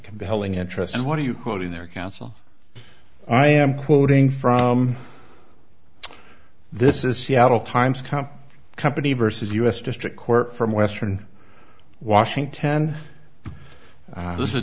compelling interest and what are you quoting their counsel i am quoting from this is seattle times comp company versus u s district court from western washington this is a